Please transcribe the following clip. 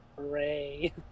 Hooray